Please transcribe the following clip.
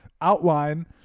outline